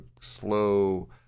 slow